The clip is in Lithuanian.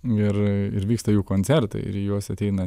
ir ir vyksta jų koncertai ir į juos ateina